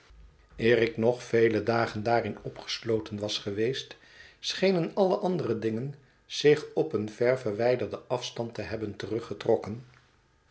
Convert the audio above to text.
ik nog vele dagen daarin opgesloten was geweest schenen alle andere dingen zich op een ver verwijder den afstand te hebben teruggetrokken